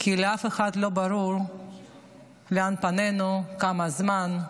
כי לאף אחד לא ברור לאן פנינו, לכמה זמן.